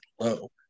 low